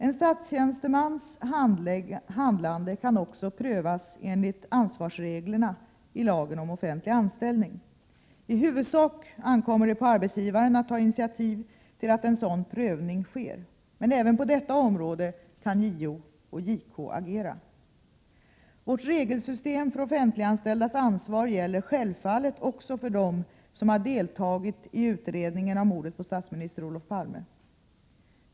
En statstjänstemans handlande kan också prövas enligt ansvarsreglerna i lagen om offentlig anställning. I huvudsak ankommer det på arbetsgivaren att ta initiativ till att en sådan prövning sker. Men även på detta område kan JO och JK agera. Vårt regelsystem för offentiiganställdas ansvar gäller självfallet också för dem som har deltagit i utredningen om mordet på statsminister Olof Palme.